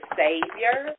savior